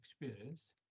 experience